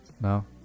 No